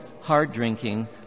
hard-drinking